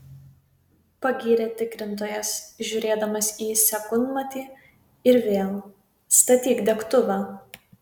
pagyrė tikrintojas žiūrėdamas į sekundmatį ir vėl statyk degtuvą